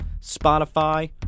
Spotify